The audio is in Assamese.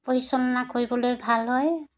পৰিচালনা কৰিবলৈ ভাল হয়